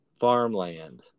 farmland